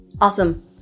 Awesome